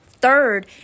third